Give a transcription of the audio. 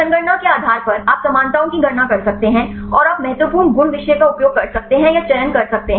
संगणना के आधार पर आप समानताओं की गणना कर सकते हैं और आप महत्वपूर्ण गुण विषय का उपयोग कर सकते हैं या चयन कर सकते हैं